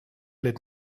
let